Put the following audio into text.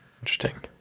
Interesting